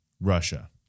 Russia